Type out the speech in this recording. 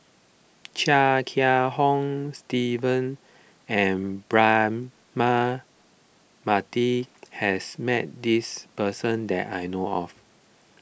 Chia Kiah Hong Steve and Braema Mathi has met this person that I know of